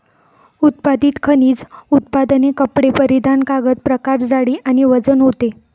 उत्पादित खनिज उत्पादने कपडे परिधान कागद प्रकार जाडी आणि वजन होते